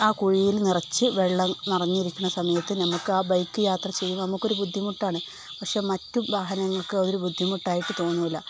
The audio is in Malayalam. ആ കുഴിയിൽ നിറച്ച് വെള്ളം നിറഞ്ഞിരിക്കുന്ന സമയത്ത് നമുക്ക് ആ ബൈക്ക് യാത്ര ചെയ്യുമ്പോള് നമുക്കൊരു ബുദ്ധിമുട്ടാണ് പക്ഷെ മറ്റു വാഹനങ്ങൾക്ക് അതൊരു ബുദ്ധിമുട്ടായിട്ട് തോന്നുകയില്ല